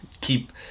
keep